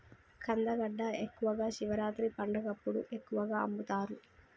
కందగడ్డ ఎక్కువగా శివరాత్రి పండగప్పుడు ఎక్కువగా అమ్ముతరు